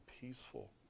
peaceful